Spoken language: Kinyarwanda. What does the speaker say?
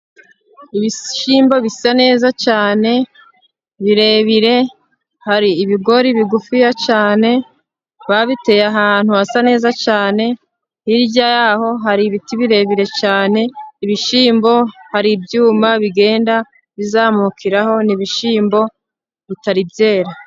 Ibishyimbo bisa neza cyane, birebire, hari ibigori bigufiya cyane, babiteye ahantu hasa neza cyane, hirya yaho hari ibiti birebire cyane, ibishyimbo, hari ibyuma bigenda bizamukiraho ni ibishyimbo bitari byera.